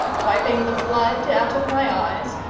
wiping the blood out of my eyes,